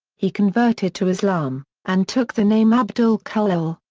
he converted to islam, and took the name abdul khalil,